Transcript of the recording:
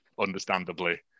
understandably